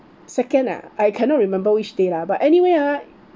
second ah I cannot remember which day lah but anyway ah